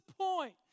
point